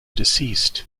deceased